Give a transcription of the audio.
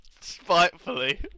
Spitefully